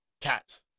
cats